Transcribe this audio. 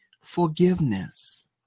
Forgiveness